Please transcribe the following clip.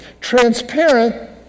Transparent